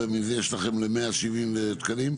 מהאוצר, יש לכם ל-170 תקנים?